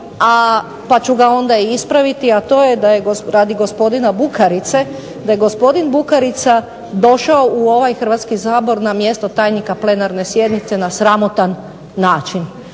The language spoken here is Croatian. pa ću ga onda i ispraviti a to je da je radi gospodina Bukarice, da je gospodin Bukarica došao u ovaj Hrvatski sabor na mjesto tajnika plenarne sjednice na sramotan način.